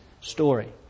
story